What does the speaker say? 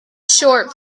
short